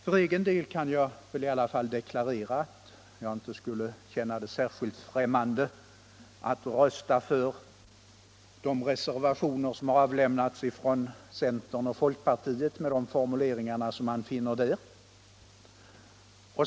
För egen del kan jag i alla fall deklarera att jag inte skulle känna det särskilt främmande att rösta för de reservationer som avlämnats från centern och folkpartiet, med de formuleringar som man finner där.